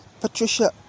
Patricia